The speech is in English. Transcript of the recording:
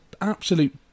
absolute